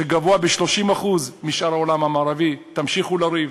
שגבוה ב-30% מבשאר העולם המערבי, תמשיכו לריב.